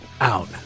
out